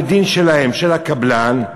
של הקבלן,